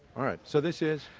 alright, so this is?